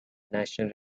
national